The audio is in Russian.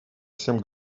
всем